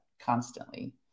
constantly